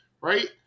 right